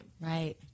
right